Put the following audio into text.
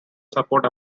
support